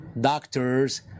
doctors